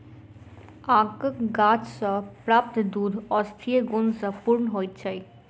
आकक गाछ सॅ प्राप्त दूध औषधीय गुण सॅ पूर्ण होइत छै